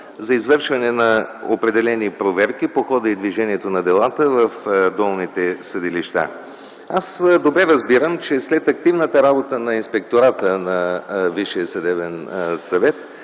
за извършване на определени проверки по хода и движението на делата в долните съдилища. Аз добре разбирам, че след активната работа на Инспектората на